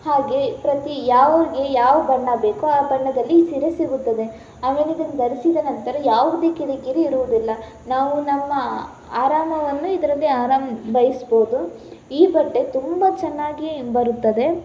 ಹಾಗೇ ಪ್ರತಿ ಯಾರ್ಗೆ ಯಾವ ಬಣ್ಣ ಬೇಕೋ ಆ ಬಣ್ಣದಲ್ಲಿ ಈ ಸೀರೆ ಸಿಗುತ್ತದೆ ಆಮೇಲೆ ಇದನ್ನು ಧರಿಸಿದ ನಂತರ ಯಾವುದೇ ಕಿರಿಕಿರಿ ಇರುವುದಿಲ್ಲ ನಾವು ನಮ್ಮ ಆರಾಮವನ್ನು ಇದರಲ್ಲಿ ಆರಾಮ ಬಯಸ್ಬೋದು ಈ ಬಟ್ಟೆ ತುಂಬ ಚೆನ್ನಾಗಿಯೇ ಬರುತ್ತದೆ